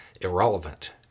irrelevant